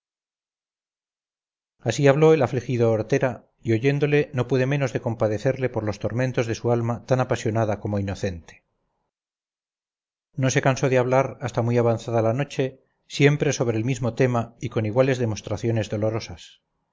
así habló el afligido hortera y oyéndole no pude menos de compadecerle por los tormentos de su alma tan apasionada como inocente no se cansó de hablar hasta muy avanzada la noche siempre sobre el mismo tema y con iguales demostraciones dolorosas